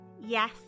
Yes